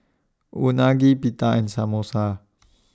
Unagi Pita and Samosa